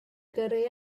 gyrru